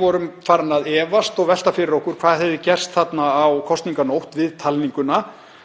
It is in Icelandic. vorum við farin að efast og velta fyrir okkur hvað hefði gerst þarna á kosninganótt við talninguna